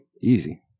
Easy